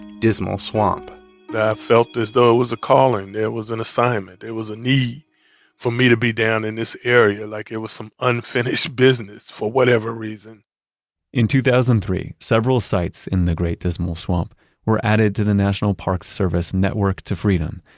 dismal swamp i felt as though it was a calling, it was an assignment. it was a need for me to be down in this area like it was some unfinished business for whatever reason in two thousand and three, several sites in the great dismal swamp were added to the national park service network to freedom,